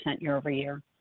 year-over-year